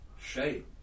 shame